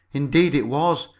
indeed it was,